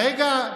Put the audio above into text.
רגע,